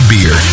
Beer